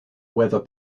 weather